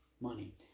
money